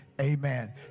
amen